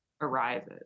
arises